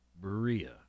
Berea